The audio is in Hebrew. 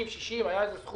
50, 60 היה איזה סכום.